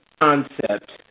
Concept